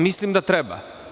Mislim da treba.